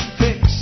fix